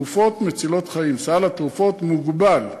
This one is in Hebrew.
תרופות מצילות חיים, סל התרופות מוגבל,